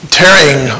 tearing